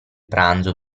pranzo